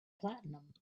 platinum